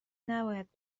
نباید